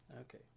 Okay